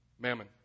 mammon